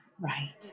Right